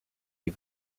les